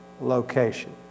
location